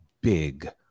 big